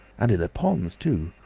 and in the ponds too!